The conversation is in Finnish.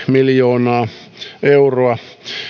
miljoonaa euroa